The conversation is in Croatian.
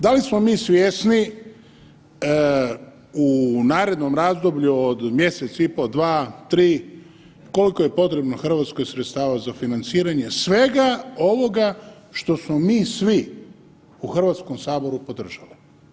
Da li smo mi svjesni u narednom razdoblju od mjesec i po, dva, tri, koliko je potrebno Hrvatskoj sredstava za financiranje svega ovoga što smo mi svi u Hrvatskog saboru podržali.